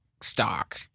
stock